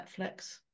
Netflix